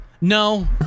No